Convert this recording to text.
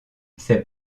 ses